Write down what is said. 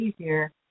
easier